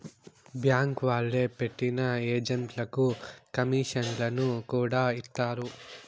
bank వాళ్లే పెట్టిన ఏజెంట్లకు కమీషన్లను కూడా ఇత్తారు